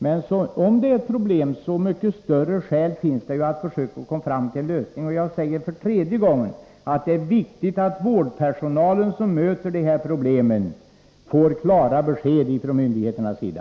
Men om det är problem finns det ju så mycket större skäl att försöka komma fram till en lösning. Jag säger för tredje gången att det är viktigt att vårdpersonalen som möter de här problemen får klara besked från myndigheternas sida.